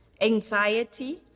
anxiety